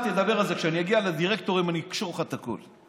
כשאני אגיע לדירקטורים אני אקשור לך את הכול.